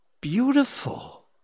beautiful